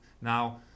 now